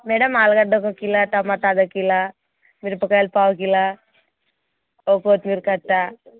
madam ఆలుగడ్డ ఒక kilo tomato అర్థకిలో మిరపకాయలు పావు కిలో ఒక కొత్తిమీర కట్ట